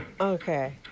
Okay